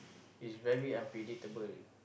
is very unpredictable